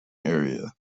area